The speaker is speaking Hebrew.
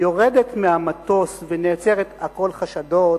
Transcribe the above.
יורדת מהמטוס ונעצרת, הכול חשדות,